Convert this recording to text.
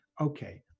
okay